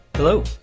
Hello